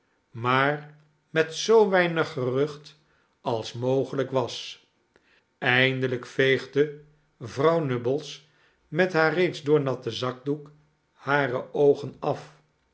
maar met zoo weinig gerucht als mogelijk was eindelijk veegde vrouw nubbles met haar reeds doornatten zakdoek hare oogen af